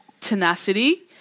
tenacity